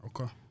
Okay